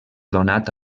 donat